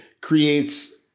creates